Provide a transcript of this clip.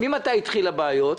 ממתי התחילו בעיות?